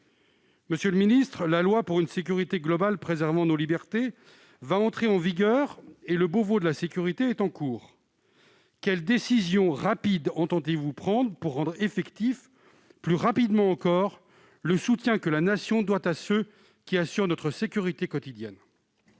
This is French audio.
Monsieur le ministre, la loi pour une sécurité globale préservant nos libertés va entrer en vigueur et le Beauvau de la sécurité est en cours. Quelles décisions entendez-vous prendre pour rendre effectif, plus rapidement encore, le soutien que la Nation doit à ceux qui assurent notre sécurité quotidienne ?